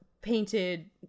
painted